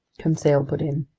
conseil put in,